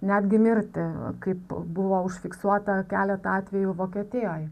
netgi mirti kaip buvo užfiksuota keletą atvejų vokietijoj